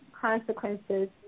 consequences